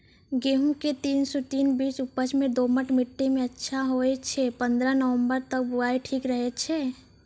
गेहूँम के तीन सौ तीन बीज उपज मे दोमट मिट्टी मे अच्छा होय छै, पन्द्रह नवंबर तक बुआई ठीक रहै छै